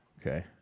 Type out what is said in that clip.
Okay